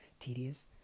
tedious